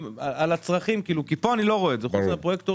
פה אני לא רואה את זה, פרט לפרויקטורים.